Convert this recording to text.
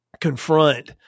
confront